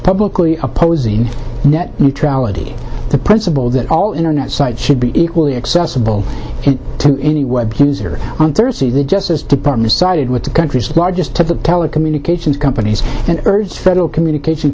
publicly opposing net neutrality the principle that all internet site should be equally accessible to anyone here on thursday the justice department sided with the country's largest to the telecommunications companies and urged federal communication